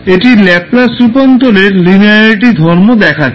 এটি ল্যাপলাস রূপান্তরের লিনিয়ারিটি ধর্ম দেখাচ্ছে